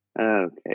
Okay